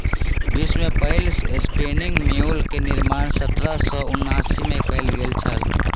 विश्व में पहिल स्पिनिंग म्यूल के निर्माण सत्रह सौ उनासी में कयल गेल छल